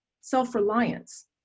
self-reliance